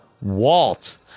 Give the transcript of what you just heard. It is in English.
Walt